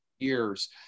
years